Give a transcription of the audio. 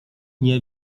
nie